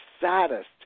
saddest